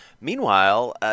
Meanwhile